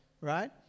right